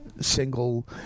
single